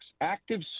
active